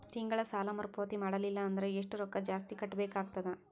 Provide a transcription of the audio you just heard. ತಿಂಗಳ ಸಾಲಾ ಮರು ಪಾವತಿ ಮಾಡಲಿಲ್ಲ ಅಂದರ ಎಷ್ಟ ರೊಕ್ಕ ಜಾಸ್ತಿ ಕಟ್ಟಬೇಕಾಗತದ?